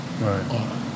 right